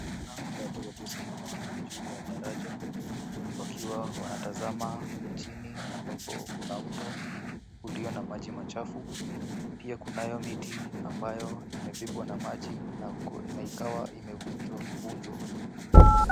Tunaona watu waliosimama juu ya daraja wakiwa wanatazama chini ambapo kuna mto ulio na maji machafu. Pia kunayo miti ambayo imebebwa na maji na ikawa imevunjwa vunjwa.